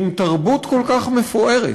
עם תרבות כל כך מפוארת,